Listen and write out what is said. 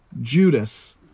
Judas